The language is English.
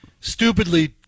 stupidly